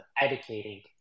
educating